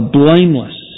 blameless